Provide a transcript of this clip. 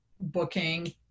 booking